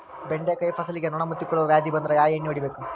ಬೆಂಡೆಕಾಯ ಫಸಲಿಗೆ ನೊಣ ಮುತ್ತಿಕೊಳ್ಳುವ ವ್ಯಾಧಿ ಬಂದ್ರ ಯಾವ ಎಣ್ಣಿ ಹೊಡಿಯಬೇಕು?